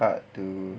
how to